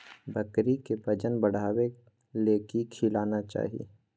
बकरी के वजन बढ़ावे ले की खिलाना चाही?